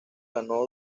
ganó